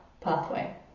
pathway